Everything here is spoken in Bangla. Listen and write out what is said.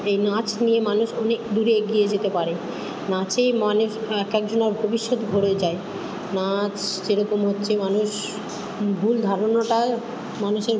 এই নাচ নিয়ে মানুষ অনেক দূরে এগিয়ে যেতে পারে নাচে এক একজনের ভবিষ্যত গড়ে যায় নাচ যেরকম হচ্ছে মানুষ ভুল ধারণাটা মানুষের